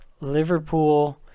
Liverpool